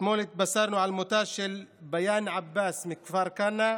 אתמול התבשרנו על מותה של ביאן עבאס מכפר כנא,